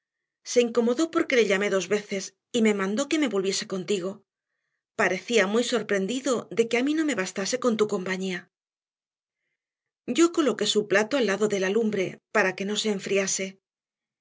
se incomodó porque le llamé dos veces y me mandó que me volviese contigo parecía muy sorprendido de que a mí no me bastase con tu compañía yo coloqué su plato al lado de la lumbre para que no se enfriase